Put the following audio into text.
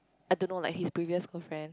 I don't know like his previous girlfriend